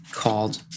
called